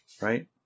right